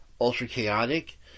ultra-chaotic